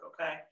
okay